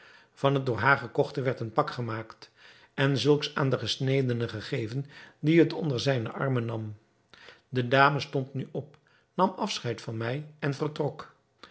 van het door haar gekochte werd een pak gemaakt en zulks aan den gesnedene gegeven die het onder zijnen arm nam de dame stond nu op nam afscheid van mij en vertrok